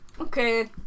Okay